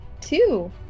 Two